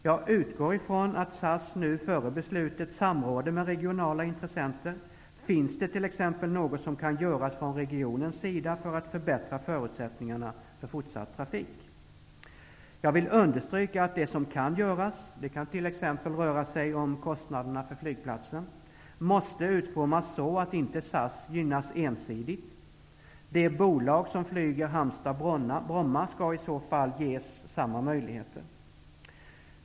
Jag utgår ifrån att SAS före beslutet samråder med regionala intressenter. Finns det t.ex. något som kan göras från regionens sida för att förbättra förutsättningarna för fortsatt trafik? Jag vill understryka att det som kan göras -- det kan t.ex. röra sig om kostnaderna för flygplatsen -- måste utformas så att inte SAS gynnas ensidigt. Det bolag som nu flyger Halmstad--Bromma skall i så fall ges samma möjligheter.